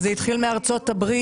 זה התחיל מארצות הברית,